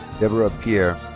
deborah pierre.